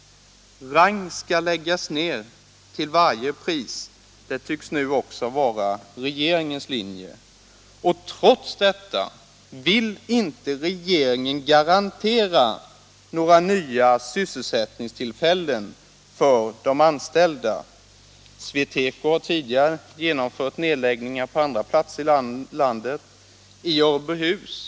Rang skall läggas ned till varje pris — det tycks nu också vara regeringens linje. Men trots detta vill inte regeringen garantera några nya syssel Nr 132 sättningstillfällen för de anställda. SweTeco har tidigare genomfört ned Måndagen den läggningar på andra platser i landet, exempelvis i Örbyhus.